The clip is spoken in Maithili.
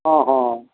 हँ हँ